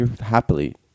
happily